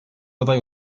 aday